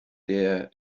der